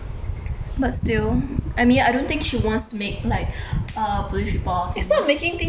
but still I mean I don't think she wants to make like a police report or something